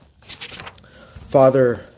Father